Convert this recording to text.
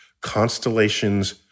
Constellations